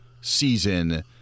season